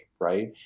right